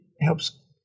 helps